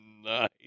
nice